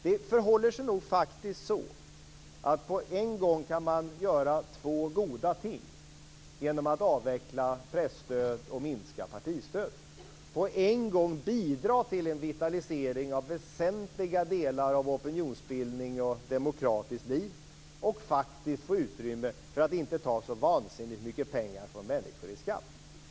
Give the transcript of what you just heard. Det förhåller sig nog faktiskt så, att på en gång kan man göra två goda ting genom att avveckla presstödet och minska partistödet. På en gång kan man bidra till en vitalisering av väsentliga delar av opinionsbildning och demokratiskt liv och faktiskt få utrymme för att inte ta så vansinnigt mycket pengar i skatt från människor.